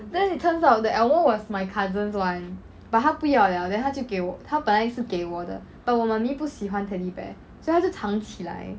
then it turns out the elmo was my cousins [one] but 他不要了 then 他就给我他本来就是给我的 but 我 mummy 不喜欢 teddy bear so 她就藏起来